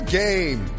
game